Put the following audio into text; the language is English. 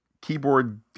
keyboard